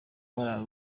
barara